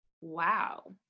wow